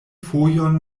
fojon